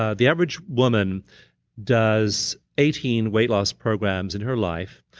ah the average woman does eighteen weight loss programs in her life.